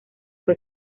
fue